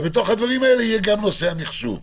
בתוך הדברים האלה יהיה גם נושא המחשוב.